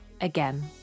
Again